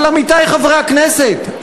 עמיתי חברי הכנסת,